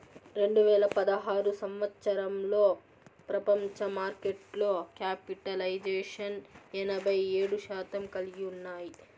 రెండు వేల పదహారు సంవచ్చరంలో ప్రపంచ మార్కెట్లో క్యాపిటలైజేషన్ ఎనభై ఏడు శాతం కలిగి ఉన్నాయి